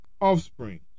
offspring